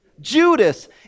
Judas